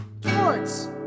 Sports